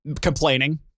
complaining